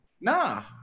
Nah